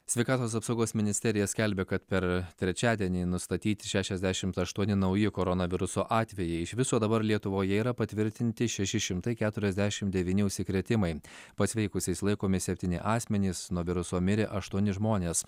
sveikatos apsaugos ministerija skelbia kad per trečiadienį nustatyti šešiasdešimt aštuoni nauji koronaviruso atvejai iš viso dabar lietuvoje yra patvirtinti šeši šimtai keturiasdešimt devyni užsikrėtimai pasveikusiais laikomi septyni asmenys nuo viruso mirė aštuoni žmonės